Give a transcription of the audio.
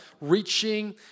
reaching